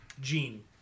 Gene